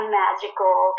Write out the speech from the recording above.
magical